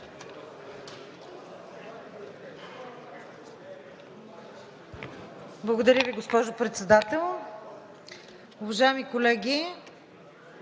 Благодаря Ви, госпожо Председател. Уважаеми колеги!